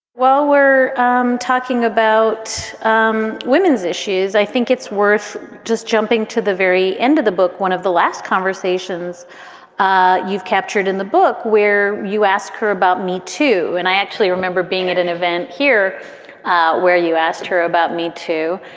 well, we're um talking about um women's issues. i think it's worth just jumping to the very end of the book one of the last conversations ah you've captured in the book where you ask her about me, too. and i actually remember being at an event here where you asked her about me, too.